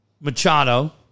Machado